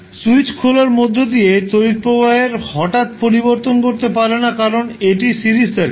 switch খোলার মধ্য দিয়ে তড়িৎ প্রবাহের হঠাৎ পরিবর্তন করতে পারে না কারণ এটি সিরিজ সার্কিট